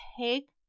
take